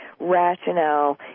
rationale